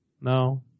No